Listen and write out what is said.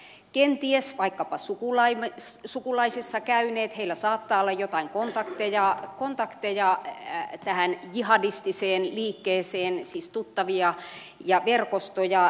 he ovat kenties vaikkapa sukulaisissa käyneet heillä saattaa olla joitain kontakteja tähän jihadistiseen liikkeeseen siis tuttavia ja verkostoja